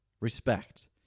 respect